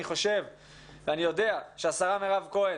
אני יודע שהשרה מירב כהן,